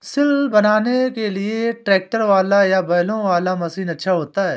सिल बनाने के लिए ट्रैक्टर वाला या बैलों वाला मशीन अच्छा होता है?